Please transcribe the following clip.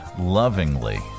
lovingly